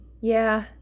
Yeah